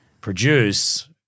produce